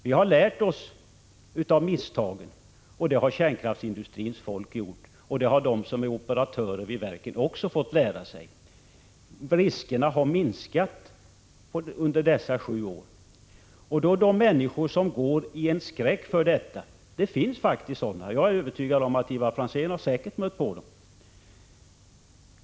Vi har lärt oss av misstagen — det har kärnkraftsindustrins folk gjort, och det har de som är operatörer vid verket också gjort. Riskerna har minskat under dessa sju år. Men nu finns det faktiskt människor som går i skräck för sådana olyckor — jag är övertygad om att Ivar Franzén har mött dem.